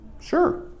Sure